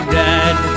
dead